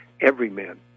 everyman